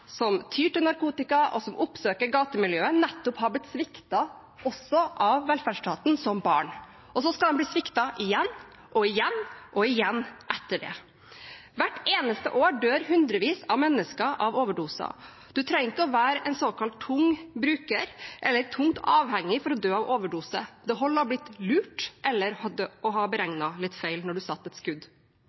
som tyr til narkotika, og som oppsøker gatemiljøet, nettopp har blitt sviktet av velferdsstaten også som barn. Og så skal de bli sviktet igjen, igjen og igjen etter det. Hvert eneste år dør hundrevis av mennesker av overdoser. Du trenger ikke å være en såkalt tung bruker eller tungt avhengig for å dø av overdose. Det holder å ha blitt lurt eller å ha beregnet litt feil da du satte et skudd.